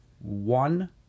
one